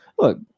Look